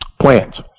plants